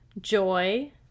joy